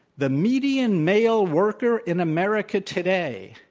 the median male worker in america today,